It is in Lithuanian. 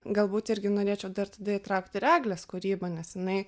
galbūt irgi norėčiau dar tada įtraukti ir eglės kūrybą nes jinai